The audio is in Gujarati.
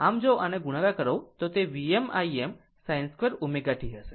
આમ જો આને ગુણાકાર કરો તો તે Vm Im sin 2 ω t હશે